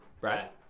right